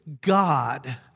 God